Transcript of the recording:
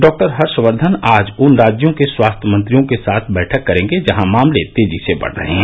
doctor Harshvardhan आज उन राज्यों के स्वास्थ्य मंत्रियों के साथ बैठक करेंगे जहां मामले तेजी से बढ़ रहे हैं